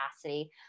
capacity